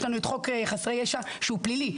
יש לנו חוק חסרי ישע, שהוא פלילי.